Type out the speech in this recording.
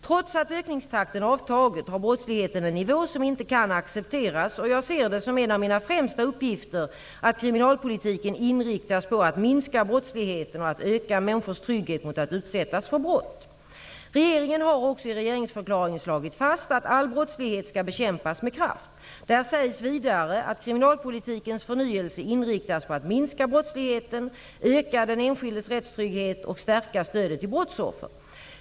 Trots att ökningstakten avtagit har brottsligheten en nivå som inte kan accepteras, och jag ser det som en av mina främsta uppgifter att kriminalpolitiken inriktas på att minska brottsligheten och att öka människors trygghet att inte utsättas för brott. Regeringen har också i regeringsförklaringen slagit fast att all brottslighet skall bekämpas med kraft. Där sägs vidare att kriminalpolitikens förnyelse inriktas på att minska brottsligheten, öka den enskildes rättstrygghet och stärka stödet till brottsoffer.